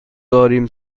داریم